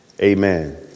Amen